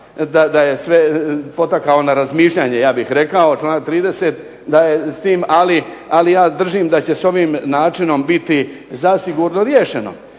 da je sve potakao na razmišljanje, ja bih rekao, članak 30 s tim. Ali ja držim da će s ovim načinom biti zasigurno riješeno.